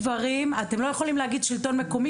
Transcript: אתם לא יכולים להגיד "שלטון מקומי",